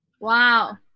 Wow